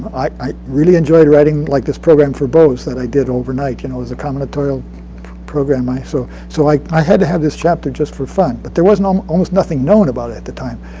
i really enjoy writing, like this program for bose that i did overnight. you know it was a combinatorial program. so so like i had to have this chapter just for fun. but there was and um almost nothing known about it at the time.